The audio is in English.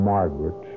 Margaret